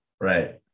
right